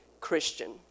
Christian